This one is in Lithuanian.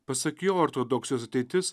pasak jo ortodoksijos ateitis